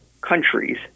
countries